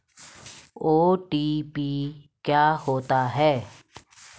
OTP क्या होता है?